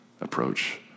approach